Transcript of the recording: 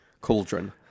cauldron